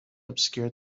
obscure